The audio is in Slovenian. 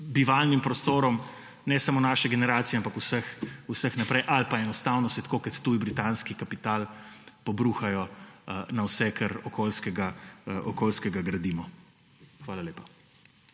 bivalnim prostorom ne samo naše generacije, ampak vseh naprej, ali pa enostavno, tako kot tuj britanski kapital, pobruhajo vse, kar okoljskega gradimo. Hvala lepa.